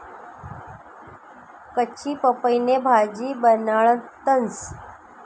कच्ची पपईनी भाजी बनाडतंस